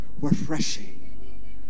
refreshing